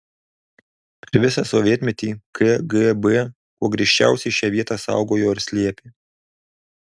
per visą sovietmetį kgb kuo griežčiausiai šią vietą saugojo ir slėpė